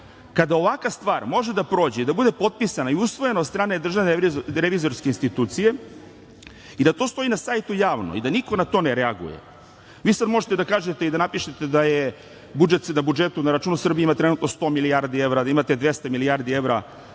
kada ovakva stvar može da prođe i da bude potpisana i usvoje od strane Državne revizorske institucije i da to stoji na sajtu javno i da niko na to ne reaguje. Vi sada možete da kažete i da napišete da je – budžet na budžetu da na računu Srbije ima trenutno oko 100 milijardi, da imate 200 milijardi evra